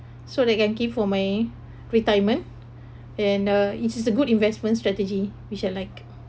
so that I can keep for my retirement and uh it is a good investment strategy which I like